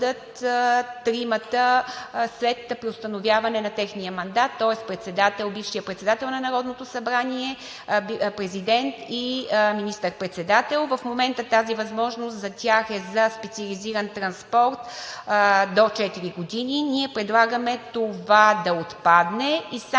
бившият председател на Народното събрание, президент и министър-председател. В момента тази възможност за тях е за специализиран транспорт до четири години. Ние предлагаме това да отпадне и само при